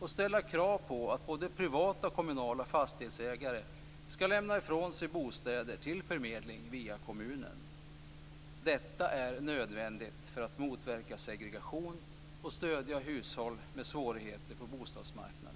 och ställa krav på att både privata och kommunala fastighetsägare skall lämna ifrån sig bostäder till förmedling via kommunen. Detta är nödvändigt för att motverka segregation och stödja hushåll med svårigheter på bostadsmarknaden.